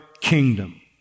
kingdom